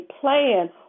plan